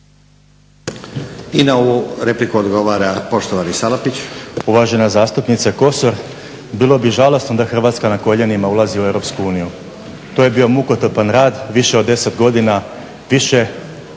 I na ovu repliku odgovara poštovani Salapić. **Salapić, Josip (HDSSB)** Uvažena zastupnice Kosor bilo bi žalosno da Hrvatska na koljenima ulazi u Europsku uniju. To je bio mukotrpan rad, više od 10 godina, više